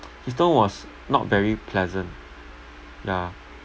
his tone was not very pleasant yeah